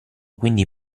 quindi